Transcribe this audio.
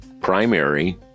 primary